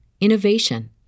innovation